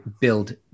build